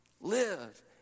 Live